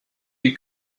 you